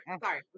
Sorry